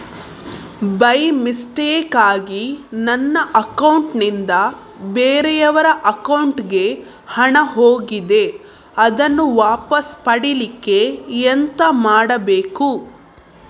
By ಮಿಸ್ಟೇಕಾಗಿ ನನ್ನ account ನಿಂದ ಬೇರೆಯವರ ಅಕೌಂಟ್ ಗೆ ಹಣ ಹೋಗಿದೆ ಅದನ್ನು ವಾಪಸ್ ಪಡಿಲಿಕ್ಕೆ ಎಂತ ಮಾಡಬೇಕು?